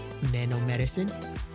nanomedicine